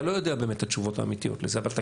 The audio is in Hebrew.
אתה לא יודע באמת את התשובות האמיתיות לזה אבל אתה